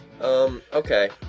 okay